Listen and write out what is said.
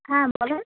হ্যাঁ বলেন